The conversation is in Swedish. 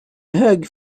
hög